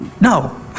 No